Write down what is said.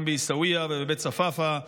גם בעיסאוויה ובבית צפאפא,